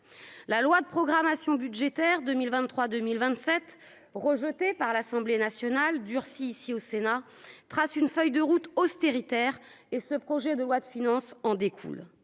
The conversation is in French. la loi de programmation budgétaire 2023 2027 rejeté par l'Assemblée nationale durci ici au Sénat, trace une feuille de route austéritaire et ce projet de loi de finances en découle,